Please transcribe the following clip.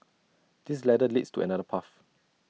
this ladder leads to another path